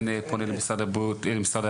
אני כן פונה למשרד המשפטים,